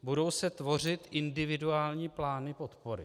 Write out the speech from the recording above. Budou se tvořit individuální plány podpory.